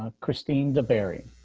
ah christine the berry.